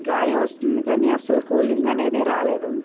గాలి వస్తుంది కానీ అస్సలు కూలింగ్ అనేది రాలేదు